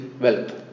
wealth